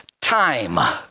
time